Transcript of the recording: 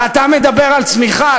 ואתה מדבר על צמיחה?